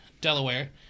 Delaware